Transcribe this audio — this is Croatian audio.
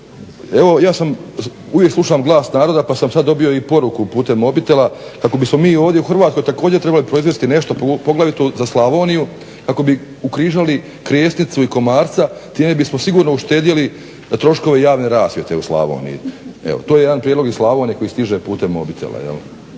Evo ja uvijek slušam glas naroda pa sam sad dobio i poruku putem mobitela kako bismo mi ovdje u Hrvatskoj također trebali proizvesti nešto, poglavito za Slavoniju, kako bi ukrižali krijesnicu i komarca. Time bismo sigurno uštedjeli troškove javne rasvjete u Slavoniji. To je jedan prijedlog iz Slavonije koji stiže putem mobitela.